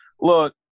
look